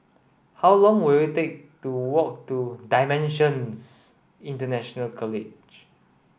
how long will it take to walk to DIMENSIONS International College